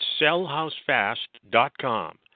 sellhousefast.com